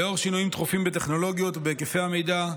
לאור שינויים תכופים בטכנולוגיות ובהיקפי המידע,